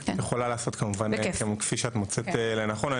את יכולה לעשות כמובן כפי שאת מוצאת לנכון,